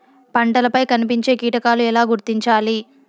పంటలపై కనిపించే కీటకాలు ఎలా గుర్తించాలి?